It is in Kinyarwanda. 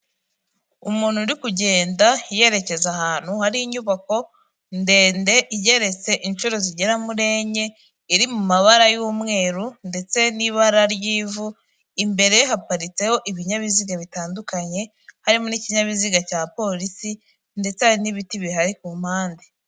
Umuntu uri kugenda yerekeza ahantu hari inyubako ndende, igeretse inshuro zigera muri enye, iri mu mabara y'umweru ndetse n'ibara ry'ivu, imbere haparitseho ibinyabiziga bitandukanye, harimo n'ikinyabiziga cya polisi ndetse hari n'ibiti bihari ku mpande.